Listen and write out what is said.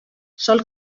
sol